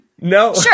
No